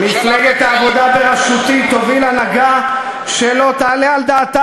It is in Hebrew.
מפלגת העבודה בראשותי תוביל הנהגה שלא תעלה על דעתה